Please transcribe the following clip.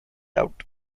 out